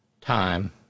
time